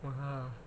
!wow!